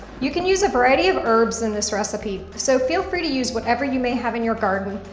you can use a variety of herbs in this recipe, so feel free to use whatever you may have in your garden,